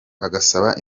agasaba